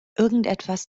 irgendetwas